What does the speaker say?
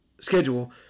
schedule